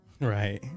Right